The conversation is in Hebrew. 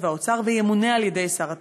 והאוצר וימונה על-ידי שר התקשורת.